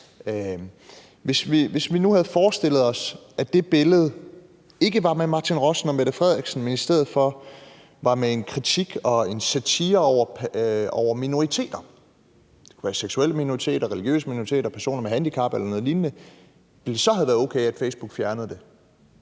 Hvis vi nu forestillede os, at det billede ikke var med Martin Rossen og Mette Frederiksen, men i stedet for var med en kritik af og en satire over minoriteter – seksuelle minoriteter, religiøse minoriteter, personer med handicap eller noget lignende – ville det så have været okay, at Facebook fjernede det?